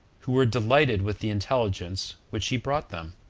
who were delighted with the intelligence which he brought them.